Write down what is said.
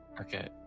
Okay